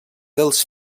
dels